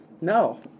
No